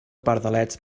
pardalets